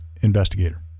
investigator